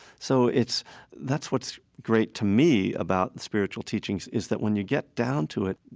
so it's that's what's great to me about spiritual teachings is that when you get down to it,